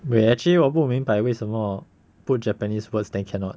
wait actually 我不明白为什么 put japanese words then cannot